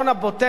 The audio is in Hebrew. האמיתי,